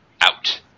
out